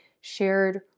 Shared